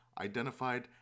identified